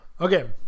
Okay